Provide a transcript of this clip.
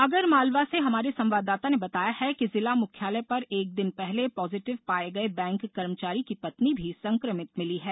आगरमालवा से हमारे संवाददाता ने बताया है कि जिला मुख्यालय पर एक दिन पहले पॉजिटिव पाये गये बैंक कर्मचारी की पत्नी भी संक्रमित मिली है